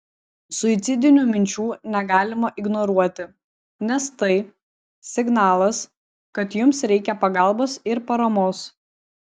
suicidinių minčių negalima ignoruoti nes tai signalas kad jums reikia pagalbos ir paramos